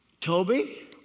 Toby